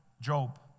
Job